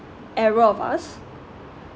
error of us